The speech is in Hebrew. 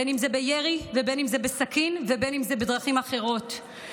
בין שזה בירי ובין שזה בסכין ובין שזה בדרכים אחרות,